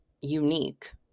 unique